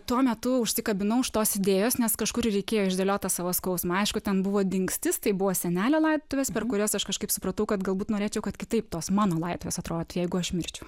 tuo metu užsikabinau už tos idėjos nes kažkur ir reikėjo išdėliotą savo skausmą aišku tam buvo dingstis tai buvo senelio laidotuvės per kuriuos aš kažkaip supratau kad galbūt norėčiau kad kitaip tos mano laidotuvės atrodytų jeigu aš mirčiau